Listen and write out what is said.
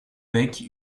bec